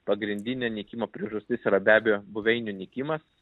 pagrindinė nykimo priežastis yra be abejo buveinių nykimas